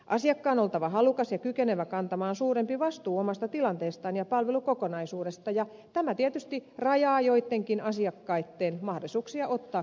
asiakkaan on oltava halukas ja kykenevä kantamaan suurempi vastuu omasta tilanteestaan ja palvelukokonaisuudesta ja tämä tietysti rajaa joittenkin asiakkaitten mahdollisuuksia ottaa käyttöön palveluseteli